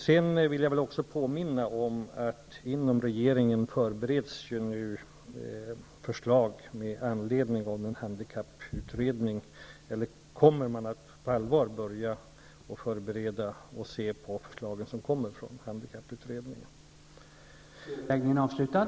Sedan vill jag påminna om att regeringen nu på allvar kommer att bearbeta handikapputredningens förslag.